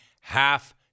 half